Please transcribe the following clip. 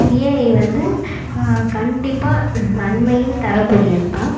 AI வந்து கண்டிப்பாக நன்மையும் தரக்கூடியதுதான்